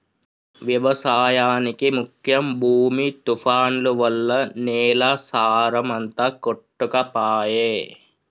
వ్యవసాయానికి ముఖ్యం భూమి తుఫాన్లు వల్ల నేల సారం అంత కొట్టుకపాయె